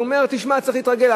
אז הוא אומר: תשמע, צריך להתרגל.